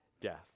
death